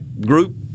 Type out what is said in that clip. group